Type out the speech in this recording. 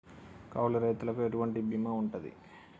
కౌలు రైతులకు ఎటువంటి బీమా ఉంటది?